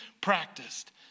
practiced